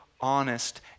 honest